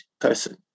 person